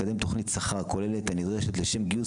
לקדם תוכנית שכר כוללת הנדרשת לשם גיוס